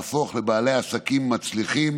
להפוך לבעלי עסקים מצליחים